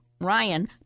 Ryan